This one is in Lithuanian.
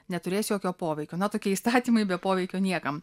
neturės jokio poveikio na tokie įstatymai be poveikio niekam